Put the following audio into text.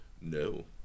No